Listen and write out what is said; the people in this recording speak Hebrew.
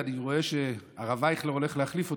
ואני רואה שהרב אייכלר הולך להחליף אותי,